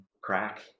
crack